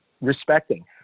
respecting